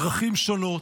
דרכים שונות.